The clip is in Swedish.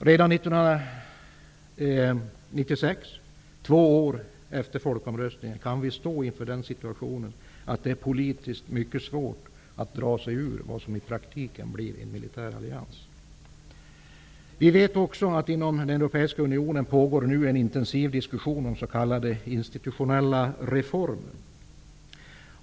Redan 1996, två år efter folkomröstningen, kan vi stå inför den situationen att det politiskt är mycket svårt att dra sig ur vad som i praktiken blir en militär allians. Vi vet också att det inom den europeiska unionen nu pågår en intensiv diskussion om s.k. institutionella reformer.